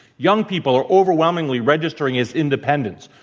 young people are overwhelmingly registering as independents.